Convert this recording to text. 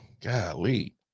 Golly